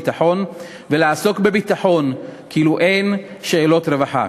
ביטחון ולעסוק בביטחון כאילו אין שאלות רווחה.